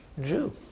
Jew